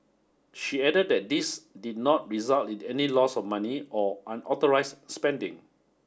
she added that this did not result in any loss of money or unauthorized spending